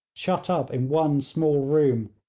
shut up in one small room,